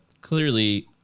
Clearly